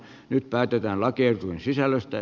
nyt päätetään lakiehdotusten sisällöstä